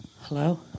Hello